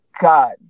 god